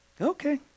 Okay